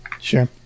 Sure